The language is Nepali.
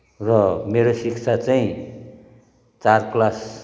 र मेरो शिक्षा चाहिँ चार क्लास